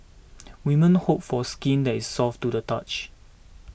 women hope for skin that is soft to the touch